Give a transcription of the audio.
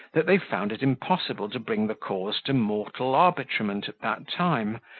that they found it impossible to bring the cause to mortal arbitrement at that time,